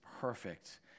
perfect